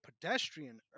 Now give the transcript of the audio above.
pedestrian